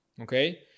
okay